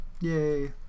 Yay